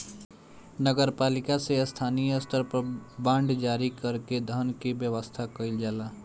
नगर पालिका से स्थानीय स्तर पर बांड जारी कर के धन के व्यवस्था कईल जाला